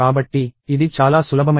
కాబట్టి ఇది చాలా సులభమైన ప్రోగ్రామ్